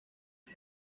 yen